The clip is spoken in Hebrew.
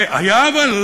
היה אבל?